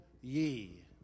ye